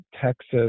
Texas